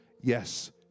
Yes